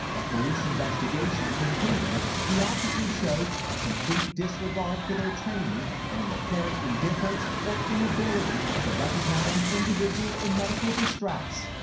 a police investigation concluding the officers showed a complete disregard for their training and an apparent indifference or inability to recognize an individual in medical distress.